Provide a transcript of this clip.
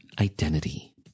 identity